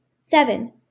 Seven